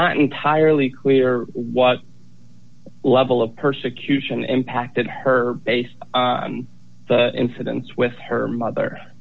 not entirely clear what level of persecution impacted her based on the incidents with her mother